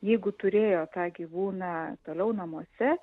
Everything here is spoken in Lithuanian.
jeigu turėjo tą gyvūną toliau namuose